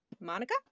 monica